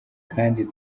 kandi